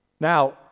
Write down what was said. Now